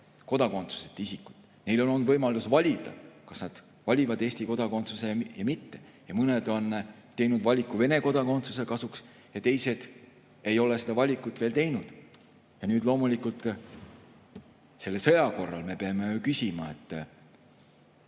kodakondsuseta isikut. Neil on võimalus valida, kas nad valivad Eesti kodakondsuse või mitte. Mõned on teinud valiku Vene kodakondsuse kasuks ja teised ei ole seda valikut veel teinud. Loomulikult, selle sõja korral me peame ju küsima: